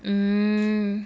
mm